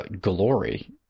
glory